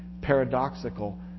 paradoxical